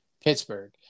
Pittsburgh